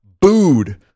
booed